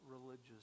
religious